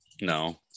No